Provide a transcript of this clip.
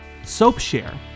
Soapshare